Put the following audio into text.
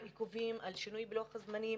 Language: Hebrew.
על עיכובים, על שינוי בלוח הזמנים,